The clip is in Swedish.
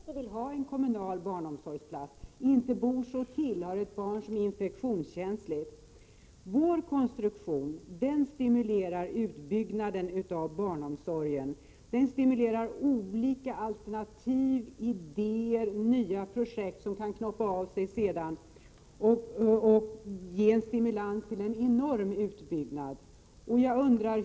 Herr talman! Anita Persson säger att det ligger en trygghet i att det är kommunen som bygger barnomsorgen. Tryggheten ligger inte i kommunen, utan i att familjen har möjligheter och förutsättningar att välja mellan olika alternativ. Vad är detta för trygghet för den som inte vill ha en kommunal barnomsorgsplats, som kanske bor där sådan inte finns eller som har ett barn som är infektionskänsligt? Vår konstruktion stimulerar utbyggnaden av barnomsorgen. Den stimulerar olika alternativ, idéer och nya projekt, som kan knoppa av sig och därmed ge stimulans till en enorm utbyggnad.